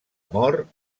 mor